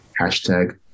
Hashtag